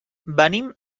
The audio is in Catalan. venim